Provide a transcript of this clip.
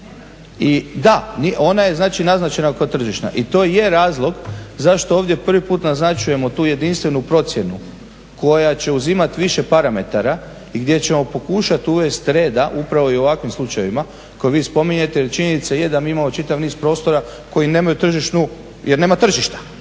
Da, ona je znači naznačena kao tržišna i to je razlog zašto ovdje prvi put naznačujemo tu jedinstvenu procjenu koja će uzimati više parametara i gdje ćemo pokušati uvesti reda upravo i u ovakvim slučajevima koje vi spominjete. Jer činjenica je da mi imamo čitav niz prostora koji nemaju tržišnu cijenu jer nema tržišta,